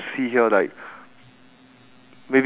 !hais! it's okay lah just w~